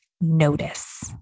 notice